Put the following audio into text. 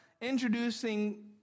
introducing